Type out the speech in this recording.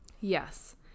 yes